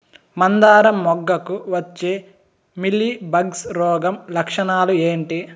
మందారం మొగ్గకు వచ్చే మీలీ బగ్స్ రోగం లక్షణాలు ఏంటి?